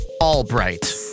Albright